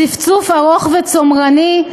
צפצוף ארוך וצורמני.